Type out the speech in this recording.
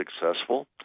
successful